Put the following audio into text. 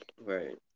Right